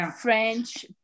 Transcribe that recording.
French